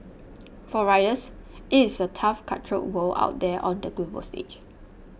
for writers it is a tough cutthroat world out there on the global stage